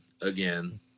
Again